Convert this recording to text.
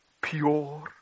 Pure